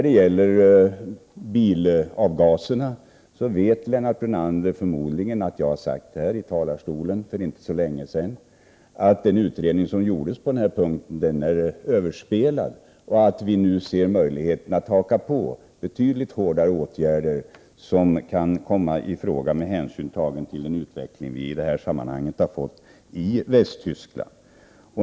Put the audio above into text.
Beträffande bilavgaserna vet förmodligen Lennart Brunander att jag här i talarstolen för inte så länge sedan har sagt att den utredning som gjordes på denna punkt är överspelad och att vi nu ser möjligheten att haka på betydligt hårdare åtgärder, som kan komma i fråga med hänsyn till den utveckling som i detta sammanhang har skett i Västtyskland.